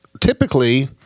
typically